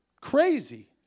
crazy